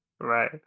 right